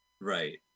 Right